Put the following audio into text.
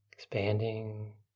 expanding